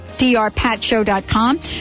drpatshow.com